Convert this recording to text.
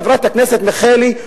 חברת הכנסת מיכאלי,